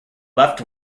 left